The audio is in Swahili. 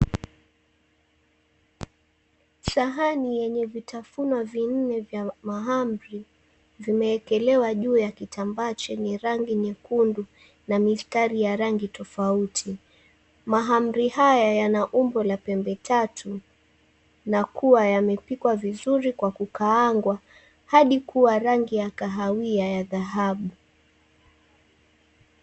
Sahani yenye vitafuno vinne vya mahamri vimeekelewa juu ya kitamba chenye rangi nyekundu na mistari ya rangi tofauti. Mahamri haya yana umbo la pembe tatu na yamepikwa vizuri kwa kukaangwa hadi kuwa rangi ya kahawia dhahabu.